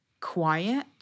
quiet